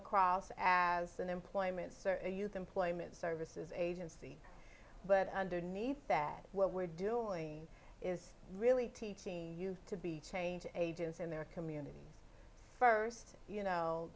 across as an employment certainly youth employment services agency but underneath that what we're doing is really teaching you to be change agents in their communities first you know